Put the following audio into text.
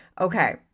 Okay